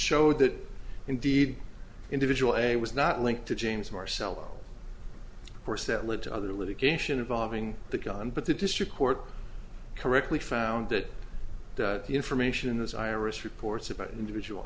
showed that indeed individual a was not linked to james marcello course that led to other litigation involving the gun but the district court correctly found that the information as iris reports about an individual